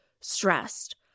stressed